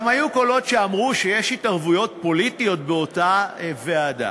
גם היו קולות שאמרו שיש התערבויות פוליטית באותה ועדה.